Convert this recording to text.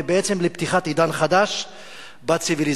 ובעצם לפתיחת עידן חדש בציוויליזציה,